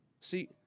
See